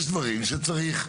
יש דברים שצריך,